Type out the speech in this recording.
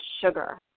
sugar